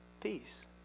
peace